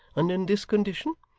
and in this condition?